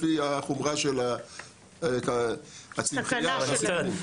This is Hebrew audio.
לפי החומרה והצמחייה מסביב.